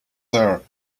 there